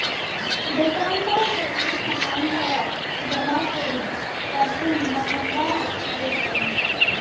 दुकानदार जरूरी समान क जमाखोरी करके महंगा बेचलन